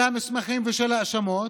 וצריכים תרגום של המסמכים ושל ההאשמות,